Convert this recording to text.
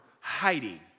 hiding